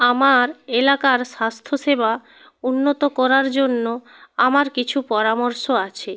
আমার এলাকার স্বাস্থ্যসেবা উন্নত করার জন্য আমার কিছু পরামর্শ আছে